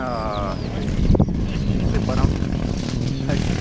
آ سُے سُہ پَرن چھُ اتہِ